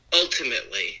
ultimately